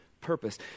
purpose